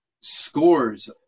scores